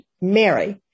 Mary